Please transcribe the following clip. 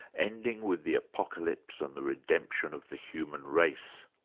ending with the apocalypse and the redemption of the human race.